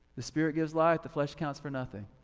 the spirit gives life the flesh counts for nothing.